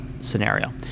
scenario